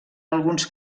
alguns